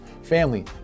Family